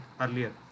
earlier